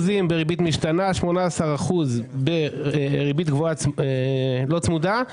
בריבית משתנה; 18% בריבית קבועה לא צמודה;